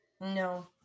No